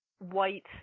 white